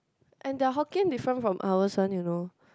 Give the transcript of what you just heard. and their Hokkien different from ours one you know